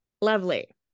Lovely